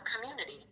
community